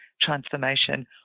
transformation